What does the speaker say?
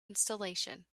installation